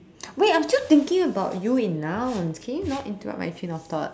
wait I'm still thinking about you in nouns can you not interrupt my train of thought